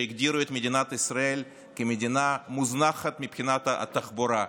שהגדירו את מדינת ישראל כמדינה מוזנחת מבחינת התחבורה,